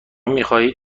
میخواهید